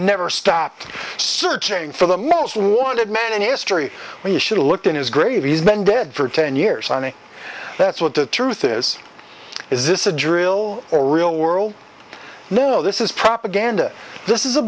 never stopped searching for the most wanted man in history we should look in his grave he's been dead for ten years and that's what the truth is is this a drill or real world no this is propaganda this is a